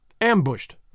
Ambushed